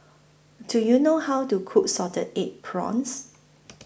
Do YOU know How to Cook Salted Egg Prawns